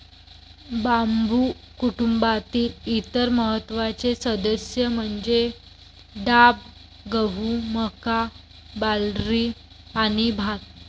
बांबू कुटुंबातील इतर महत्त्वाचे सदस्य म्हणजे डाब, गहू, मका, बार्ली आणि भात